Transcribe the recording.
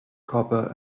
copper